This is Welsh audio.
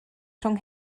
rhwng